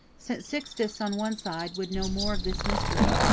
st. sixtus on one side would know more of this mystery,